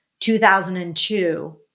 2002